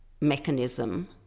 mechanism